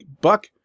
Buck